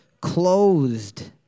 closed